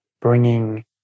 bringing